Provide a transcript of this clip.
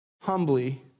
humbly